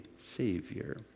savior